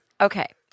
Okay